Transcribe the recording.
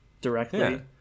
directly